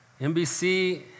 NBC